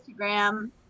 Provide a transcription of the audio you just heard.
Instagram